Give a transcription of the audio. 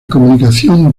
comunicación